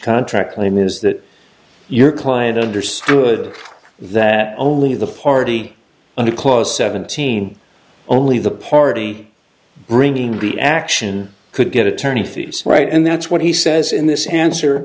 contract claim is that your client understood that only the party under close seventeen only the party bringing the action could get attorney fees right and that's what he says in this answer